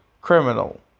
criminal